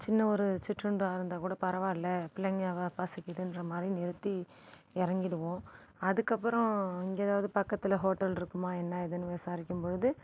சின்ன ஒரு சிற்றூண்டா இருந்தால் கூட பரவால்ல பிள்ளைங்கள் பசிக்குதுன்ற மாதிரி நிறுத்தி இறங்கிடுவோம் அதற்கப்பறோம் இங்கே எதாவது பக்கத்தில் ஹோட்டல்ருக்குமா என்ன ஏதுன்னு விசாரிக்கும்பொழுது